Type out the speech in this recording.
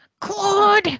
Claude